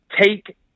take